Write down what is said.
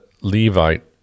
Levite